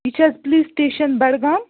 یہِ چھِ حظ پُلیٖس سِٹیشَن بڈگام